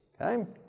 okay